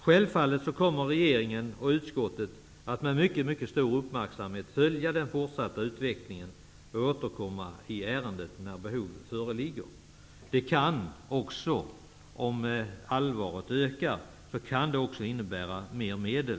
Självfallet kommer regeringen och utskottet att följa den fortsatta utvecklingen med stor uppmärksamhet och återkomma i ärendet när behov föreligger. Det kan också -- om allvaret ökar -- innebära mer medel.